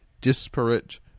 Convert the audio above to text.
disparate